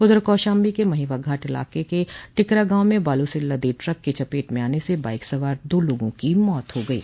उधर कौशाम्बी के महवा घाट इलाके के टिकरा गांव में बालू से लदे ट्रक के चपेट में आने से बाइक सवार दो लोगों की मृत्यु हो गयी